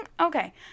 Okay